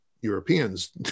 Europeans